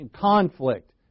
conflict